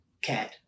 Cat